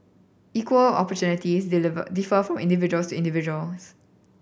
equal opportunities diliver differ from individual to individual